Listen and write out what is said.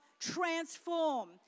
transform